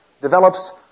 develops